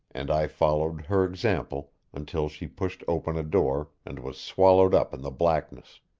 and i followed her example until she pushed open a door and was swallowed up in the blackness.